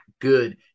good